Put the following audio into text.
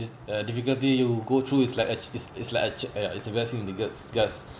is a difficulty you go through is like a ch~ is like a ch~